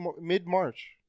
mid-March